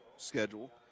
schedule